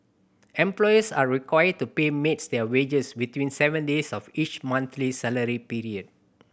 employers are required to pay maids their wages within seven days of each monthly salary period